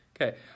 Okay